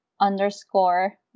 underscore